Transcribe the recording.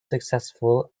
successful